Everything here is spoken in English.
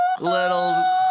little